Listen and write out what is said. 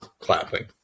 clapping